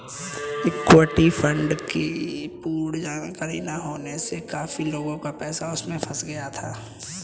equity fund की पूर्ण जानकारी ना होने से काफी लोगों का पैसा उसमें फंस गया था